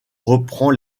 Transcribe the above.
reprend